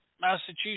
Massachusetts